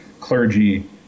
clergy